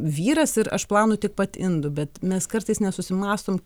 vyras ir aš plaunu taip pat indų bet mes kartais nesusimąstom